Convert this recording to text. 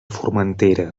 formentera